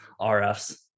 RFs